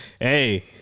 hey